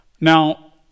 Now